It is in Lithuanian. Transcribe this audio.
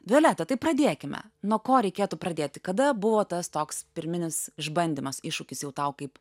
violeta tai pradėkime nuo ko reikėtų pradėti kada buvo tas toks pirminis išbandymas iššūkis jau tau kaip